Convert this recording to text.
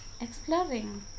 exploring